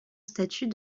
statut